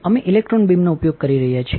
અમે ઇલેક્ટ્રોન બીમનો ઉપયોગ કરી રહ્યા છીએ